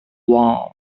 warm